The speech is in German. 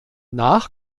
nach